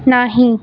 नाही